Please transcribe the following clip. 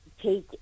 take